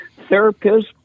therapists